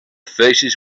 faces